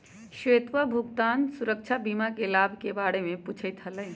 श्वेतवा भुगतान सुरक्षा बीमा के लाभ के बारे में पूछते हलय